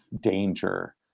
danger